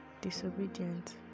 disobedient